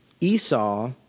Esau